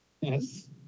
Yes